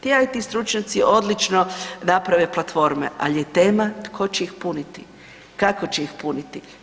Ti IT stručnjaci odlično naprave platforme, ali je tema tko će ih puniti, kako će ih puniti.